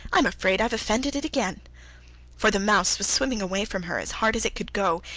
i'm afraid i've offended it again for the mouse was swimming away from her as hard as it could go,